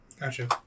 gotcha